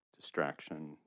distraction